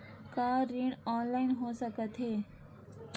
का ऋण ऑनलाइन हो सकत हे?